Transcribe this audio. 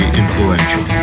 influential